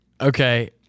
okay